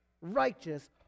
righteous